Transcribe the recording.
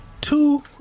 two